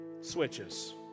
switches